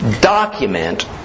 document